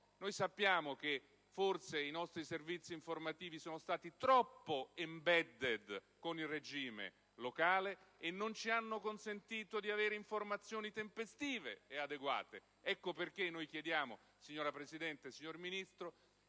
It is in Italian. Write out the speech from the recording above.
Sappiamo che i nostri servizi informativi forse sono stati troppo *embedded* nel regime locale e non ci hanno consentito di ottenere informazioni tempestive e adeguate. Ecco perché, signora Presidente, signor Ministro,